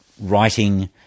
writing